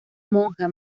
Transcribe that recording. monja